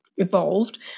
evolved